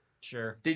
Sure